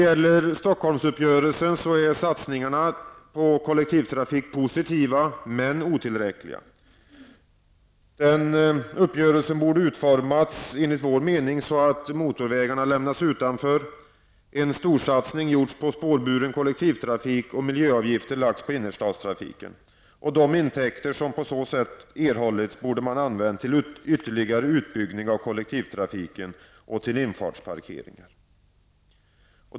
I Stockholmsuppgörelsen är satsningarna på kollektivtrafik positiva, men otillräckliga. Uppgörelsen borde enligt vår mening ha utformats så att motorvägarna lämnats utanför, en storsatsning gjorts på spårburen kollektivtrafik och miljöavgifter lagts på innerstadstrafiken. De intäkter som på så sätt erhållits borde man ha använt till ytterligare utbyggnad av kollektivtrafiken och till infartsparkeringen.